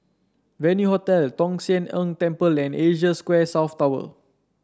Venue Hotel Tong Sian Tng Temple and Asia Square South Tower